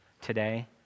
today